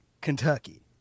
Kentucky